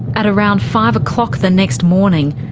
at around five o'clock the next morning,